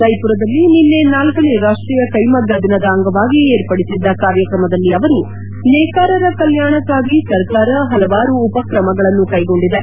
ಜೈಮರದಲ್ಲಿ ನಿನ್ನೆ ನಾಲ್ಲನೇ ರಾಷ್ಷೀಯ ಕೈಗಮಗ್ಗ ದಿನದ ಅಂಗವಾಗಿ ಏರ್ಪಡಿಸಿದ್ದ ಕಾರ್ಯತ್ರಮದಲ್ಲಿ ಆವರು ನೇಕಾರರ ಕಲ್ಯಾಣಕ್ಕಾಗಿ ಸರ್ಕಾರ ಪಲವಾರು ಉಪಕ್ರಮಗಳನ್ನು ಕೈಗೊಂಡಿದೆ